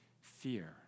fear